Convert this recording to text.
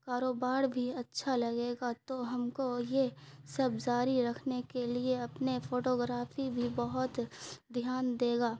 کاروبار بھی اچھا لگے گا تو ہم کو یہ سب جاری رکھنے کے لیے اپنے فوٹوگرافی بھی بہت دھیان دے گا